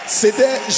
c'était